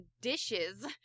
dishes